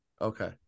Okay